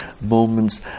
moments